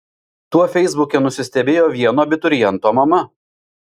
tuo feisbuke nusistebėjo vieno abituriento mama